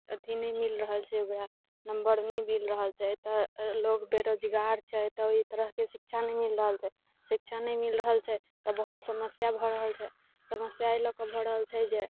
अथी नहि मिल रहल छै ओकरा नंबर नहि मिल रहल छै तऽ लोग बेरोजगार छै तऽ ओहि तरहके शिक्षा नहि मिल रहल छै शिक्षा नहि मिल रहल छै तऽ बहुत समस्या भऽ रहल छै समस्या एहि लऽ कऽ भऽ रहल छै जे